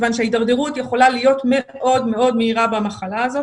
מכיוון שהתדרדרות יכולה להיות מאוד מהירה במחלה הזאת.